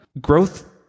Growth